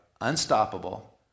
unstoppable